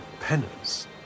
penance